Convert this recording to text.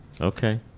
Okay